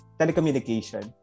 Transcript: telecommunication